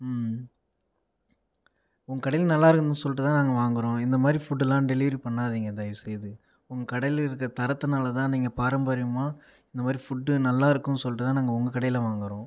உங்கள் கடையில் நல்லா இருக்குனு சொல்லிட்டுதான் நாங்க வாங்கறோம் இந்த மாதிரி ஃபுட்டெல்லாம் டெலிவரி பண்ணாதீங்க தயவுசெய்து உங்க கடையில் இருக்கிற தரத்துனாலதான் நீங்கள் பாரம்பரியமாக இந்த மாதிரி ஃபுட் நல்லா இருக்கும்னு சொல்லிட்டுதான் நாங்கள் உங்கள் கடையில் வாங்கறோம்